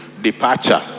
Departure